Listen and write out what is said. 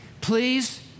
Please